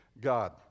God